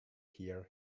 here